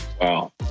Wow